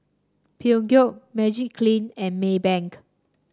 Peugeot Magiclean and Maybank